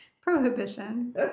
Prohibition